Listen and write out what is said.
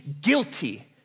guilty